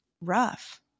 rough